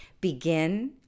Begin